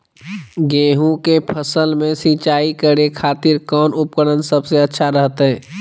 गेहूं के फसल में सिंचाई करे खातिर कौन उपकरण सबसे अच्छा रहतय?